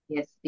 Yes